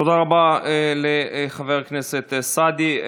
תודה רבה לחבר הכנסת סעדי.